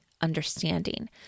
understanding